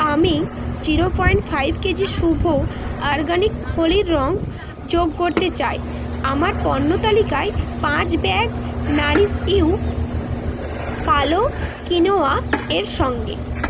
আমি zero point five kg Shubh organic হোলির রং যোগ করতে চাই আমার পণ্য তালিকায় পাঁচ ব্যাগ নাারিশ ইউ কালো কিনোয়া এর সঙ্গে